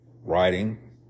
writing